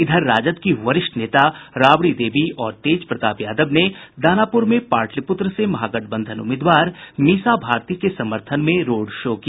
इधर राजद की वरिष्ठ नेता राबड़ीदेवी और तेज प्रताप यादव ने दानापुर में पाटलिपुत्र से महागठबंधन उम्मीदवार मीसा भारती के समर्थन में रोड शो किया